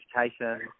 education